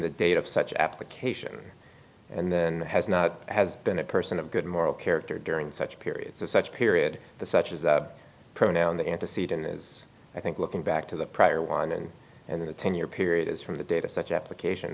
the date of such application and then has not has been a person of good moral character during such periods of such period such as the pronoun the antecedent is i think looking back to the prior warning and the ten year period is from the data such application